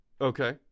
Okay